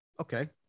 Okay